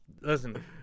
Listen